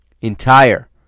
entire